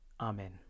Amen